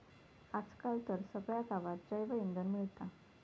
आज काल तर सगळ्या गावात जैवइंधन मिळता